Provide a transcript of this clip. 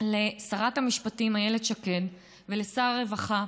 לשרת המשפטים איילת שקד ולשר הרווחה